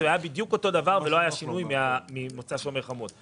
זה היה בדיוק אותו דבר ולא היה שינוי ממבצע "שומר חומות".